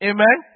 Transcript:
Amen